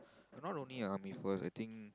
cannot only lah me first I think